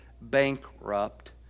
bankrupt